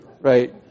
right